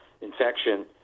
infection